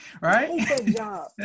Right